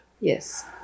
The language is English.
Yes